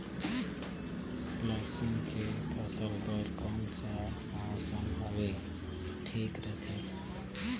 लसुन के फसल बार कोन सा मौसम हवे ठीक रथे?